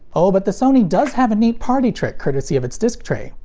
oh, but the sony does have a neat party trick courtesy of its disc tray.